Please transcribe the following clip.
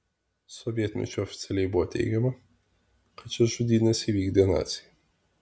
sovietmečiu oficialiai buvo teigiama kad šias žudynes įvykdė naciai